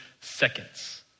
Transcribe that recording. seconds